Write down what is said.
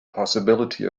possibility